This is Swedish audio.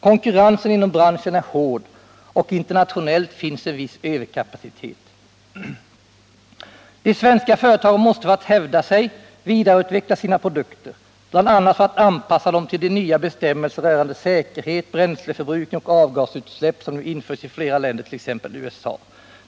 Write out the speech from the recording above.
Konkurrensen inom branschen är hård, och internationellt finns en viss överkapacitet. De svenska företagen måste för att hävda sig vidareutveckla sina produkter, bl.a. för att anpassa dem till de nya bestämmelser rörande säkerhet, bränsleförbrukning och avgasutsläpp som nu införs i flera länder, t.ex. USA.